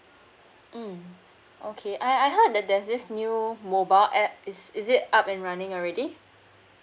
mm okay I I heard that there's this new mobile app is is it up and running already